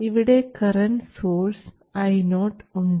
ഇവിടെ current source Io ഉണ്ട്